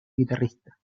guitarrista